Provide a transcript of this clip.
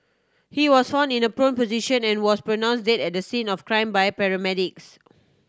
he was found in a prone position and was pronounce dead at the scene of crime by paramedics